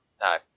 No